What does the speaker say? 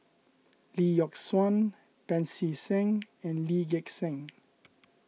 Lee Yock Suan Pancy Seng and Lee Gek Seng